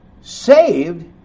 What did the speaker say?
saved